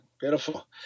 beautiful